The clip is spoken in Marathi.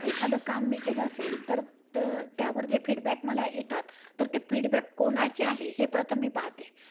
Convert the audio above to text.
एखादं काम मी केलं असेल तर त त्यावर जे फीडबॅक मला येतात तर ते फीडबॅक कोणाचेे आहे हे प्रथम मी पाहते